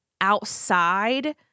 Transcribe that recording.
outside